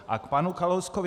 K panu Kalouskovi.